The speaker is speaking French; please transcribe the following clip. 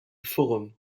forum